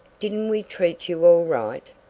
didn't we treat you all right?